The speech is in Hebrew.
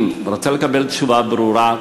אני רוצה לקבל תשובה ברורה,